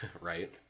right